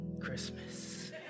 Christmas